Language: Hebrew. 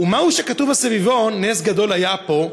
ומהו שכתוב על הסביבון "נס גדול היה פה"?